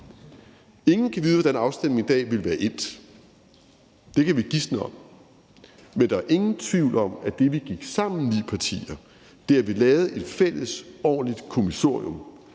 Ingen kan vide, hvordan afstemningen i dag ville være endt; det kan vi gisne om. Men der er ingen tvivl om, at det, at vi gik sammen ni partier, det, at vi lavede et fælles ordentligt kommissorium,